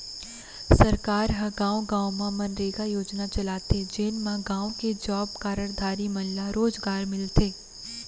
सरकार ह गाँव गाँव म मनरेगा योजना चलाथे जेन म गाँव के जॉब कारड धारी मन ल रोजगार मिलथे